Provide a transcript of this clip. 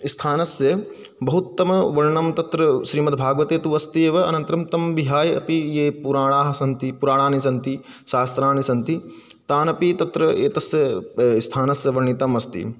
स्थानस्य बहुत्तमं वर्णनं तत्र श्रीमद्भागवते तु अस्ति एव अनन्तरं तं विहाय अपि ये पुराणाः सन्ति पुराणानि सन्ति शास्त्राणि सन्ति तानपि तत्र एतस्य स्थानस्य वर्णितम् अस्ति